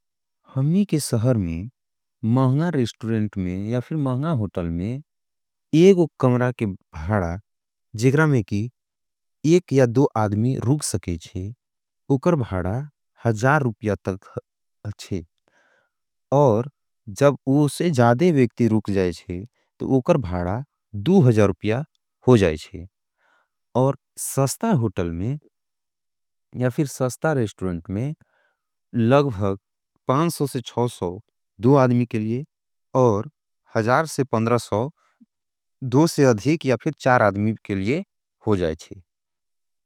हमनी के सहर में, महंगा रेस्टुरेंट में या फिर महंगा होटल में, एग वो कमरा के भाड़ा, जिगरा में की एक या दो आदमी रूख सकेजे, उकर भाड़ा हजार उपया तक अच्छे, और जब उसे जादे वेक्ती रूख जाएजे, तो उकर भाड़ा दू हजार उपय होजाएजे, और सस्ता होटल में, या फिर सस्ता रेस्टुरेंट में, लगबख पांज़ों से छोसों, दो आदमी के लिए, और हजार से पंद्रसों, दो से अधिक, या फिर चार आदमी के लिए होजाएजे।